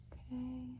Okay